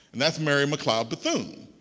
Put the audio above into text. and that's mary mccleod bethune.